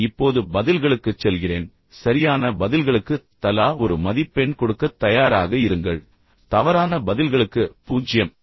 நான் இப்போது பதில்களுக்குச் செல்கிறேன் சரியான பதில்களுக்கு தலா ஒரு மதிப்பெண் கொடுக்கத் தயாராக இருங்கள் தவறான பதில்களுக்கு பூஜ்ஜியம்